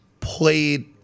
played